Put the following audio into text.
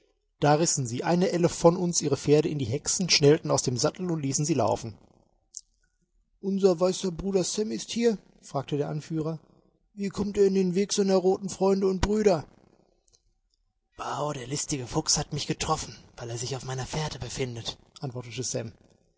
da rissen sie eine elle von uns ihre pferde in die häksen schnellten aus dem sattel und ließen sie laufen unser weißer bruder sam ist hier fragte der anführer wie kommt er in den weg seiner roten freunde und brüder bao der listige fuchs hat mich getroffen weil er sich auf meiner fährte befindet antwortete